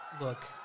look